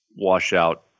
washout